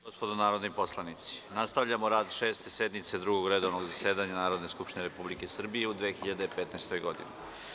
gospodo narodni poslanici, nastavljamo rad Šeste sednice Drugog redovnog zasedanja Narodne skupštine Republike Srbije u 2015. godini.